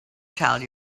tell